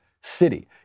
city